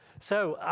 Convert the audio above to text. so